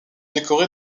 décorés